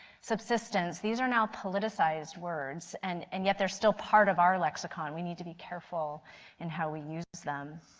subsistence, these are now politicized words. and and yet they are still part of our lexicon, we need to be careful in how we use them.